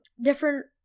different